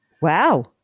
Wow